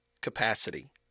capacity